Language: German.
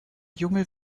junge